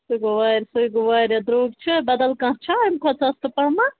سُہ گوٚو وارِ سُے گوٚو واریاہ درٛوٚگ چھےٚ بَدَل کانٛہہ چھا اَمہِ کھۄتہٕ سَستہٕ پَہمَتھ